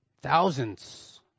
thousands